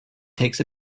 takes